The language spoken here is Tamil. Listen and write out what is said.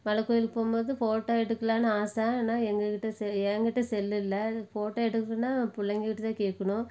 மலை கோயிலுக்கு போகும்போது ஃபோட்டோ எடுக்கலாம்னு ஆசை ஆனால் எங்கள்கிட்ட செ எங்கிட்ட செல் இல்லை ஃபோட்டோ எடுக்கணும்னால் பிள்ளைங்ககிட்ட தான் கேட்கணும்